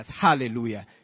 Hallelujah